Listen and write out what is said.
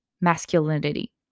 masculinity